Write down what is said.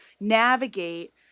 navigate